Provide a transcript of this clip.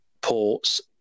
ports